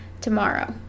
tomorrow